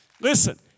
Listen